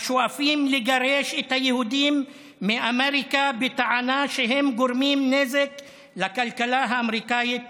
השואפים לגרש את היהודים מאמריקה בטענה שהם גורמים נזק לכלכלה האמריקנית